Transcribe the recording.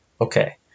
Okay